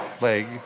leg